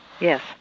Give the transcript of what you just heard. Yes